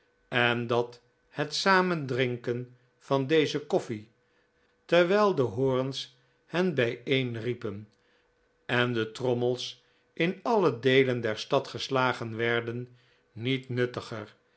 en dat het samen drinken van deze koffie terwijl de hoorns hen bijeenriepen en de trommels in alle deelen der stad geslagen werden niet nuttiger